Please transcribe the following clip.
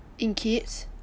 in kids